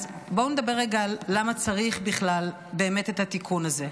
בואו נדבר רגע על למה באמת צריך בכלל את התיקון הזה.